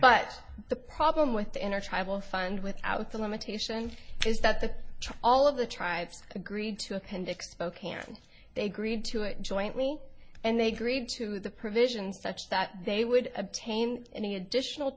but the problem with the inner tribal fund without the limitation is that that all of the tribes agreed to appendix spokane they greed to it jointly and they greed to the provisions such that they would obtain any additional